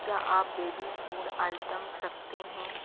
क्या आप baby food items रखते हैं